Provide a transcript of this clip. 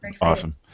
Awesome